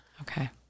Okay